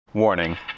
Warning